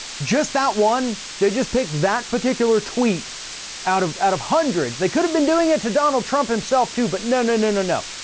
just that one there, just picked that particular tweet out of, out of hundreds. they could have been doing it to donald trump himself too. but no, no, no, no, no.